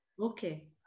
Okay